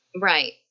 Right